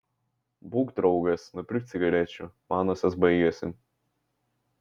būk draugas nupirk cigarečių manosios baigėsi